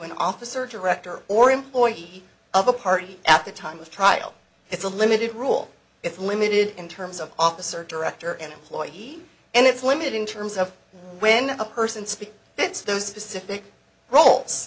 an officer director or employee of a party at the time of trial it's a limited rule it's limited in terms of officer director and employee and it's limited in terms of when a person speaks it's those specific roles